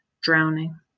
drowning